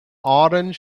orange